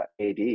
AD